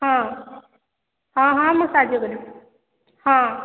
ହଁ ହଁ ହଁ ମୁଁ ସାହାଯ୍ୟ କରିବି ହଁ